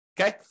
Okay